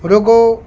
ਰੁਕੋ